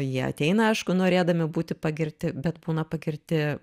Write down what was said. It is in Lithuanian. jie ateina aišku norėdami būti pagirti bet būna pagirti